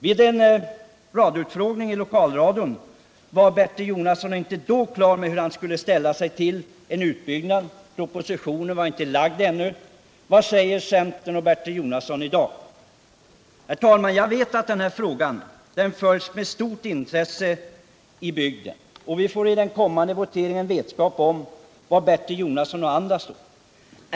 Vid en utfrågning i lokalradion var Bertil Jonasson inte klar med hur han skulle ställa sig till en utbyggnad; propositionen var ännu inte framlagd. Vad säger centern och Bertil Jonasson i dag? Jag vet att den här frågan följs med stort intresse i bygden, och vi får nu i den kommande voteringen vetskap om var Bertil Jonasson och andra står.